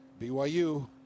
BYU